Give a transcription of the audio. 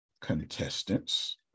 contestants